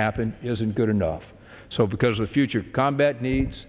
happen isn't good enough so because the future combat needs